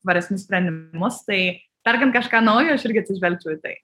tvaresnius sprendimus tai perkant kažką naujo aš irgi atsižvelgčiau į tai